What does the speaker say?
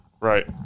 Right